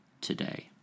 today